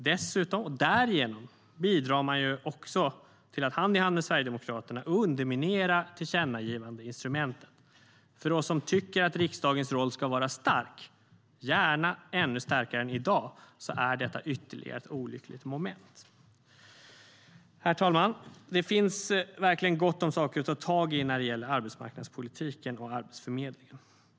Dessutom och därigenom bidrar man också till att hand i hand med Sverigedemokraterna underminera tillkännagivandeinstrumentet. För oss som tycker att riksdagens roll ska vara stark - gärna ännu starkare än i dag - är detta ytterligare ett olyckligt moment. Herr talman! Det finns verkligen gott om saker att ta tag i när det gäller arbetsmarknadspolitiken och Arbetsförmedlingen.